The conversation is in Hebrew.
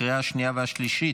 לקריאה השנייה והשלישית.